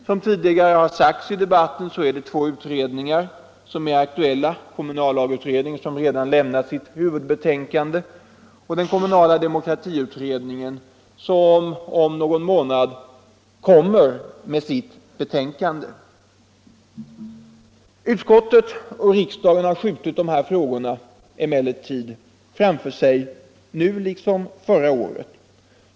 Som tidigare har sagts i debatten är två utredningar aktuella — kommunallagsutredningen som redan har lämnat sitt huvudbetänkande och utredningen om den kommunala demokratin som om någon månad kommer med sitt betänkande. Utskottet har skjutit dessa frågor framför sig liksom riksdagen gjorde förra året.